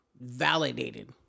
validated